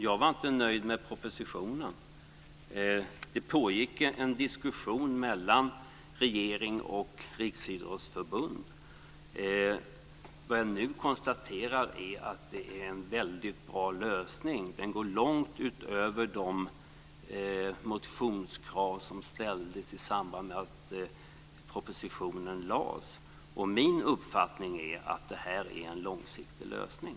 Jag var inte nöjd med propositionen. Det pågick en diskussion mellan regeringen och Riksidrottsförbundet. Men nu konstaterar vi att det är en väldigt bra lösning. Den går långt utöver de motionskrav som ställdes i samband med att propositionen lades fram. Min uppfattning är att det här är en långsiktig lösning.